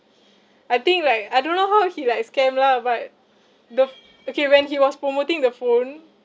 I think like I don't know how he like scam lah but the okay when he was promoting the phone